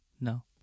No